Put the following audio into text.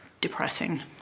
depressing